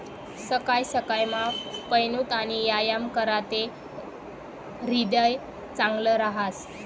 सकाय सकायमा पयनूत आणि यायाम कराते ह्रीदय चांगलं रहास